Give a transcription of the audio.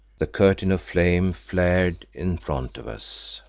the curtain of flame flared in front of us,